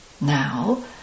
now